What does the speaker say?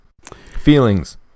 Feelings